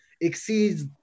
exceeds